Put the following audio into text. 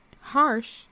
harsh